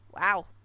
wow